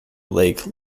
lake